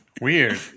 Weird